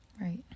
Right